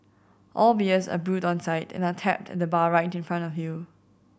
all beers are brewed on site and are tapped at the bar right in front of you